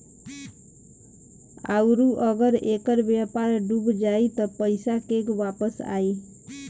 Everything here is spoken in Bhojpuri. आउरु अगर ऐकर व्यापार डूब जाई त पइसा केंग वापस आई